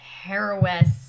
heroess